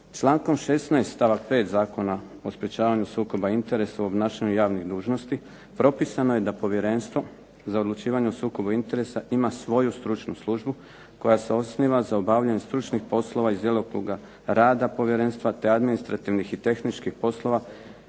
Člankom 16. stavak 5. Zakona o sprječavanju sukoba interesa u obnašanju javnih dužnosti, propisano je da Povjerenstvo za odlučivanje o sukobu interesa ima svoju stručnu službu koja se osniva za obavljanje stručnih poslova iz djelokruga rada povjerenstva, te administrativnih i tehničkih poslova,